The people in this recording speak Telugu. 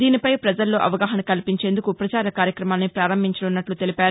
దీనిపై పజల్లో అవగాహన కల్పించేందుకు ప్రచార కార్యక్రమాన్ని పారంభించనున్నట్ల తెలిపారు